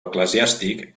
eclesiàstic